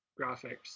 graphics